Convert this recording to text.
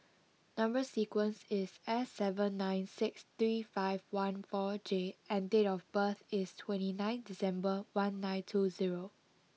number sequence is S seven nine six three five one four J and date of birth is twenty nine December one nine two zero